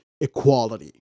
equality